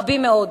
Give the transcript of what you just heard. רבים מאוד.